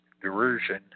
derision